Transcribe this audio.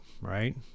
right